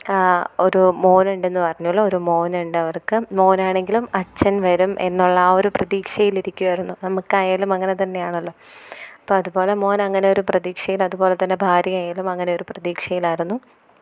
ഒരു മോൻ ഉണ്ടെന്ന് പറഞ്ഞൂല്ലോ ഒരു മോനുണ്ട് അവര്ക്ക് മോൻ ആണെങ്കിലും അച്ഛന് വരും എന്നുള്ള ആ ഒരു പ്രതീക്ഷയിൽ ഇരിക്കുകയായിരുന്നു നമുക്ക് ആയാലും അങ്ങനെ തന്നെയാണല്ലോ അപ്പം അതുപോലെ മോൻ അങ്ങനെ ഒരു പ്രതീക്ഷയിൽ അതുപോലെത്തന്നെ ഭാര്യയായാലും അങ്ങനെ ഒരു പ്രതീക്ഷയിലായിരുന്നു